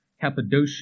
Cappadocia